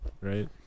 right